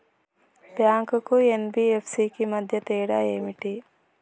Bank కు NBFC కు మధ్య తేడా ఏమిటి?